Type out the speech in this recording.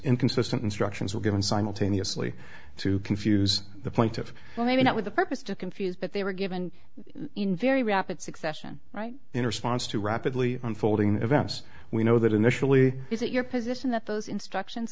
inconsistent instructions were given simultaneously to confuse the plaintiff well maybe not with the purpose to confuse but they were given in very rapid succession right in response to rapidly unfolding events we know that initially is it your position that those instructions